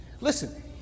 Listen